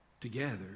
together